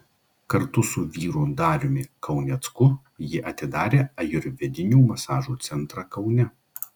kartu su vyru dariumi kaunecku ji atidarė ajurvedinių masažų centrą kaune